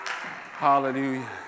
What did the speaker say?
Hallelujah